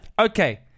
Okay